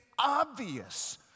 obvious